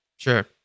Sure